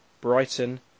Brighton